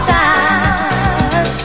time